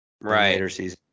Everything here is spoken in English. Right